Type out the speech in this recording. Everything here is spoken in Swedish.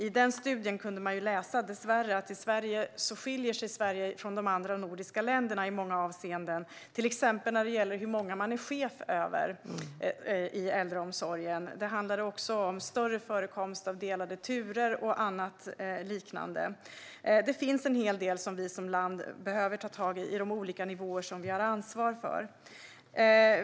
I studien kunde man dessvärre läsa att Sverige skiljer sig från de andra nordiska länderna i många avseenden, till exempel när det gäller hur många man är chef över i äldreomsorgen. Det handlar också om större förekomst av delade turer och annat liknande. Det finns en hel del vi som land behöver ta tag i på de olika nivåer vi har ansvar för.